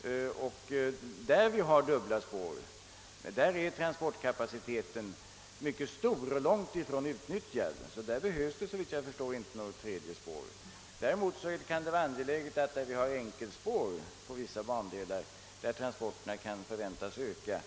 Där det finns dubbla spår är transportkapaciteten mycket stor och långtifrån helt utnyttjad. Där behövs alltså, såvitt jag förstår, inte något tredje spår. Däremot kan det vara angeläget att få dubbelspår på de bandelar, där vi har enkelspår och där transporterna kan förväntas öka.